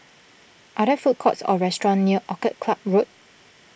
are there food courts or restaurants near Orchid Club Road